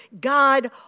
God